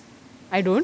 I don't